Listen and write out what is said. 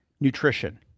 nutrition